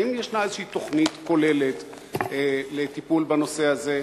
האם ישנה איזו תוכנית כוללת לטיפול בנושא הזה?